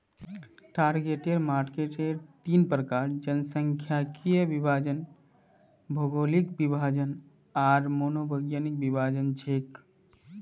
target marketer तीन प्रकार जनसांख्यिकीय विभाजन, भौगोलिक विभाजन आर मनोवैज्ञानिक विभाजन छेक